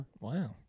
Wow